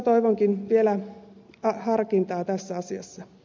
toivonkin vielä harkintaa tässä asiassa